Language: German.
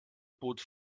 bot